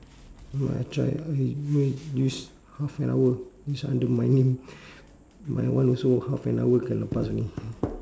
wait I try ah wait wait use half an hour use under my name my one also half an hour cannot pass only